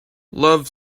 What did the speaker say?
love